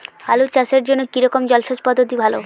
আলু চাষের জন্য কী রকম জলসেচ পদ্ধতি ভালো?